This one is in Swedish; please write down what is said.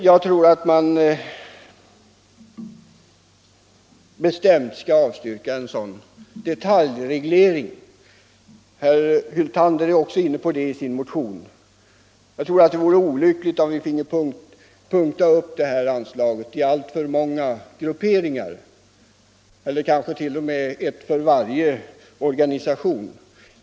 Jag avstyrker bestämt en sådan detaljreglering som herr Hyltander också berört i sin motion. Jag tror att det vore olyckligt om vi delade upp det här anslaget på alltför många grupperingar, kanske t.o.m. beviljade ett anslag för varje organisation.